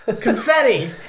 Confetti